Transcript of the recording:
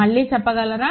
మళ్లీ చెప్పగలరా